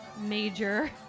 major